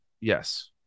Yes